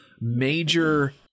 major